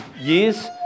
years